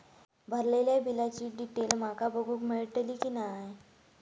भरलेल्या बिलाची डिटेल माका बघूक मेलटली की नाय?